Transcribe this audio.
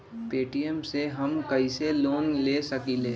Paytm से हम कईसे लोन ले सकीले?